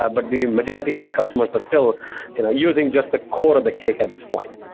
ah but the majority of these customers are still using just the core of the cake at this point.